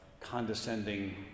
condescending